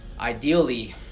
ideally